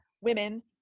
women